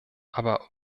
aber